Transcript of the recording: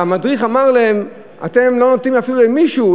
והמדריך אמר להם: אתם לא נותנים אפילו למישהו,